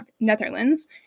Netherlands